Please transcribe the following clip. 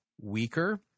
weaker